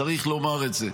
צריך לומר את זה,